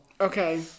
Okay